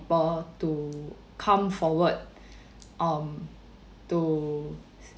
more to come forward um to